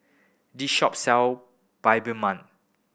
this shop sell Bibimbap